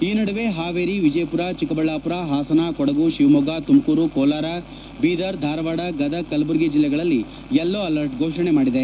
ಈ ನಡುವೆ ಹಾವೇರಿ ವಿಜಯಪುರ ಚಿಕ್ಕಬಳ್ದಾಪುರ ಹಾಸನ ಕೊಡಗು ಶಿವಮೊಗ್ಗ ತುಮಕೂರು ಕೋಲಾರ ಬೀದರ್ ಧಾರವಾಡ ಗದಗ ಕಲಬುರಗಿ ಜಿಲ್ಲೆಗಳಲ್ಲಿ ಯೆಲ್ಲೋ ಅಲರ್ಟ್ ಘೋಷಣೆ ಮಾಡಿದೆ